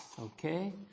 okay